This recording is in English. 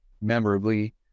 memorably